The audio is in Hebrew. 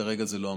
כרגע זה לא המצב.